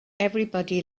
everybody